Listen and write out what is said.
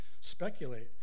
speculate